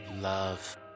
love